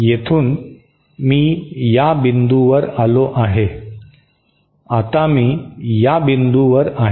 येथून मी या बिंदूवर आलो आहे आता मी या बिंदूवर जात आहे